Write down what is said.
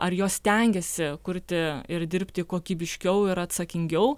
ar jos stengiasi kurti ir dirbti kokybiškiau ir atsakingiau